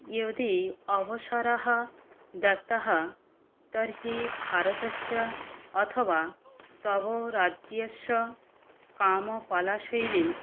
यदि अवसरः दत्तः तर्हि भारतस्य अथवा तव राज्यस्य कामकलाशैली